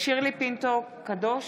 שירלי פינטו קדוש,